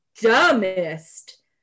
dumbest